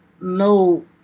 no